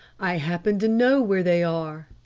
i happen to know where they are.